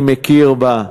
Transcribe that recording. אני מכיר בה.